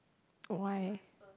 why